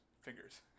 fingers